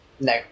No